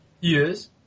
Yes